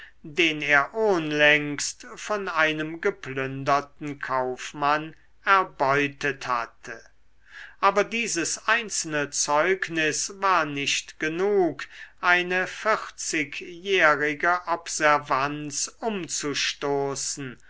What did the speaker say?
den er ohnlängst von einem geplünderten kaufmann erbeutet hatte aber dieses einzelne zeugnis war nicht genug eine vierzigjährige observanz umzustoßen